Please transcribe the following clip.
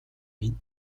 минь